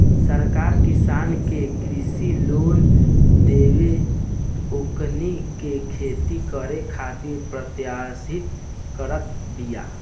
सरकार किसान के कृषि लोन देके ओकनी के खेती करे खातिर प्रोत्साहित करत बिया